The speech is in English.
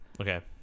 Okay